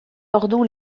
ordu